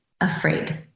afraid